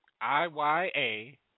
I-Y-A